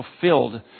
fulfilled